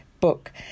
book